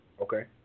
Okay